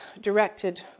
directed